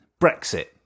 Brexit